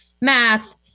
math